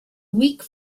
weak